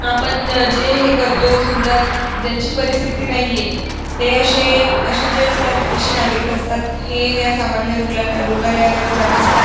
आपण जे हे करतो समजा ज्यांची परिस्थिती नाहीये ते असे असे जे असतात असे नागरिक असतात हे या सामान्य रुग्ला रुग्णालयामध्ये जात असतात